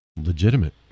legitimate